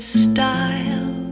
style